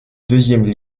deuxième